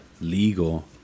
legal